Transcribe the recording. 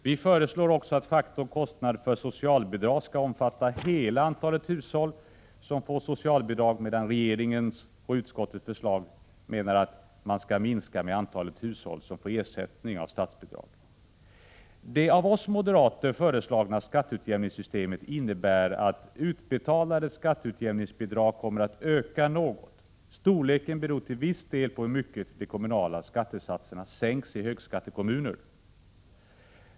Vi föreslår också att faktorn kostnad för socialbidrag skall omfatta hela antalet hushåll som får socialbidrag, medan regeringens och utskottets förslag innebär att man skall minska med antalet hushåll som får ersättning genom statsbidrag. Det av oss moderater föreslagna skatteutjämningssystemet innebär att utbetalade skatteutjämningsbidrag kommer att öka något. Storleken beror till viss del på hur mycket de kommunala skattesatserna sänks i högskattekommuner.